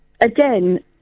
again